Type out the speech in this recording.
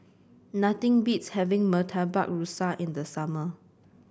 nothing beats having Murtabak Rusa in the summer